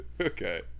Okay